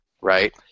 right